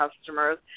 customers